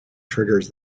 triggers